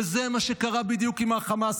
וזה מה שקרה בדיוק עם חמאס,